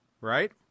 right